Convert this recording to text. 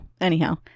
anyhow